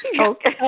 Okay